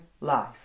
life